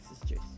sisters